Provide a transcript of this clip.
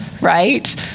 right